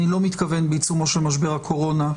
בעיצומו של משבר הקורונה,